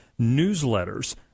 newsletters